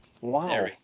Wow